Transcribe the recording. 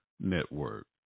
Network